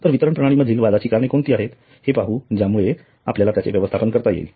तर वितरण प्रणाली मधील वादाची कारणे कोणती आहेत ते पाहू ज्यामुळे आपल्याला त्यांचे व्यवस्थापन करता येईल